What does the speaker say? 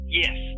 yes